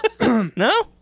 No